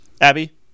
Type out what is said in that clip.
Abby